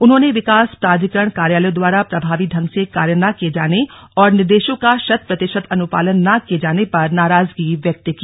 उन्होंने विकास प्राधिकरण कार्यालयों द्वारा प्रभावी ढंग से कार्य न किए जाने और निर्देशों का शतप्रतिशत अनुपालन न किये जाने पर नाराजगी व्यक्त की